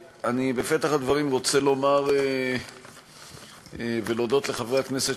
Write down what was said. בפתח הדברים אני רוצה להודות לחברי הכנסת